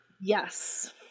Yes